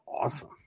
awesome